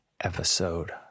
episode